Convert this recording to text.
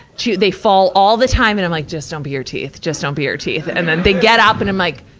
they fall all the time, and i'm like, just don't be your teeth. just don't be your teeth. and then they get up, and i'm like,